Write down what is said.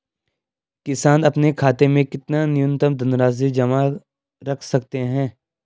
किसान अपने खाते में कितनी न्यूनतम धनराशि जमा रख सकते हैं?